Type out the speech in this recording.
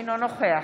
אינו נוכח